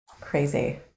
Crazy